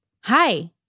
Hi